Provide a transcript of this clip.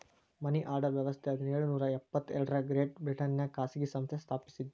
ಮನಿ order ವ್ಯವಸ್ಥ ಹದಿನೇಳು ನೂರ ಎಪ್ಪತ್ ಎರಡರಾಗ ಗ್ರೇಟ್ ಬ್ರಿಟನ್ನ್ಯಾಗ ಖಾಸಗಿ ಸಂಸ್ಥೆ ಸ್ಥಾಪಸಿದ್ದು